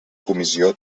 comissió